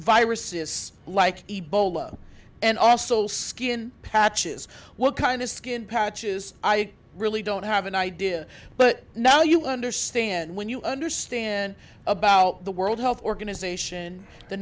viruses like ebola and also skin patches what kind of skin patches i really don't have an idea but now you understand when you understand about the world health organization the